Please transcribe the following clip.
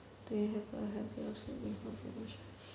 do you have a advice